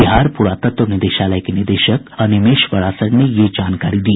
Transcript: बिहार पुरात्तव निदेशालय के निदेशक अनिमेष परासर ने यह जानकारी दी